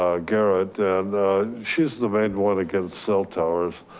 ah garrett and she's the main one against cell towers.